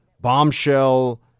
bombshell